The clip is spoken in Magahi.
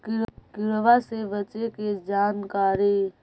किड़बा से बचे के जानकारी?